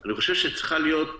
אני חושב שצריכים להיות